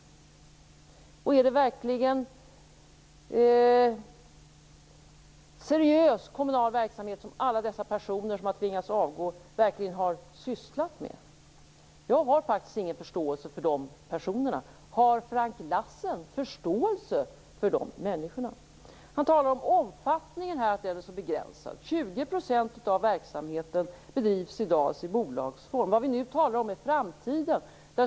Är det verkligen seriös kommunal verksamhet som alla dessa personer som har tvingats avgå har sysslat med? Jag har faktiskt ingen förståelse för dessa personer. Har Frank Lassen det? Frank Lassen sade att omfattningen var begränsad. Vad vi nu talar om är framtiden.